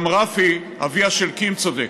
גם רפי, אביה של קים, צודק.